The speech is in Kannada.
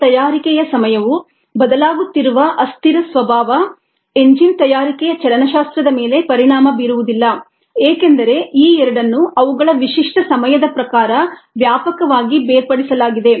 ಬೋಲ್ಟ್ ತಯಾರಿಕೆಯ ಸಮಯವು ಬದಲಾಗುತ್ತಿರುವ ಅಸ್ಥಿರ ಸ್ವಭಾವ ಎಂಜಿನ್ ತಯಾರಿಕೆಯ ಚಲನಶಾಸ್ತ್ರದ ಮೇಲೆ ಪರಿಣಾಮ ಬೀರುವುದಿಲ್ಲ ಏಕೆಂದರೆ ಈ ಎರಡನ್ನು ಅವುಗಳ ವಿಶಿಷ್ಟ ಸಮಯದ ಪ್ರಕಾರ ವ್ಯಾಪಕವಾಗಿ ಬೇರ್ಪಡಿಸಲಾಗಿದೆ